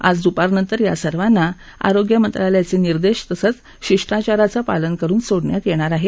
आज दुपारनंतर या सर्वांना आरोग्य मंत्रालयाचे निर्देश तसंच शिष्टाचाराचं पालन करुन सोडण्यात येणार आहे